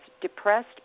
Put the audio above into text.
depressed